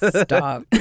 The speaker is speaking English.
stop